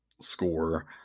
score